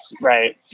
Right